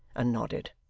and nodded.